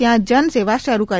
ત્યાં જન સેવા શરૂ કરી